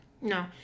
No